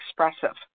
expressive